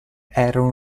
erano